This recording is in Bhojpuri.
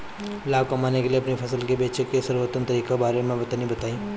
लाभ कमाने के लिए अपनी फसल के बेचे के सर्वोत्तम तरीके के बारे में तनी बताई?